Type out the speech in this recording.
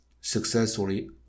successfully